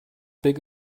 big